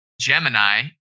Gemini